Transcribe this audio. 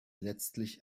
letztlich